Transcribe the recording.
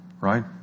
right